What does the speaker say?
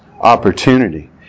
opportunity